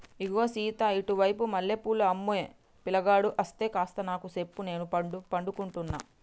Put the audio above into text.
ఇగో సీత ఇటు వైపు మల్లె పూలు అమ్మే పిలగాడు అస్తే కాస్త నాకు సెప్పు నేను పడుకుంటున్న